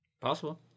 Possible